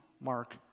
Mark